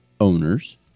owners